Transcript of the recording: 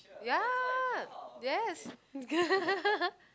ya yes